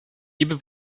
niby